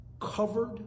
covered